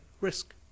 risk